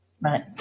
Right